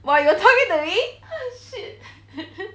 you got tell him to meet